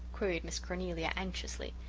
queried miss cornelia anxiously.